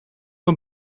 een